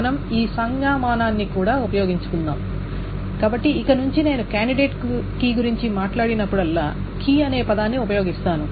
మనం ఈ సంజ్ఞామానాన్ని కూడా ఉపయోగించుకుందాం కాబట్టి ఇకనుండి నేను కాండిడేట్ కీ గురించి మాట్లాడినప్పుడల్లా కీ అనే పదాన్ని ఉపయోగిస్తాను